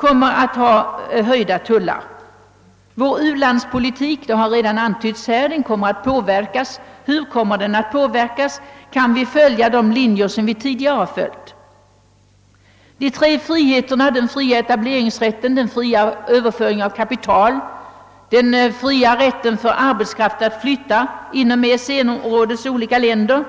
får höjda tullar. Som redan antytts kommer även vår u-landspolitik att påverkas — men hur? Kommer vi att kunna följa samma linjer som tidigare? Och hur går det med de tre friheterna: den fria etableringsrätten, den fria överföringen av kapital och den fria rätten för arbetskraft att flytta inom EEC-områdets olika länder?